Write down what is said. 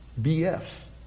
BFs